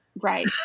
Right